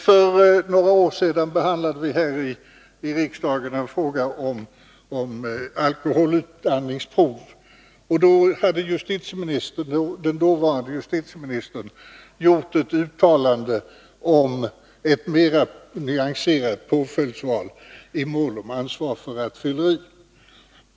För några år sedan behandlade vi i riksdagen en fråga om alkoholutandningsprov. Då hade den dåvarande justitieministern gjort ett uttalande om ett mera nyanserat påföljdsval i mål om ansvar för rattfylleri.